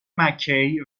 مککی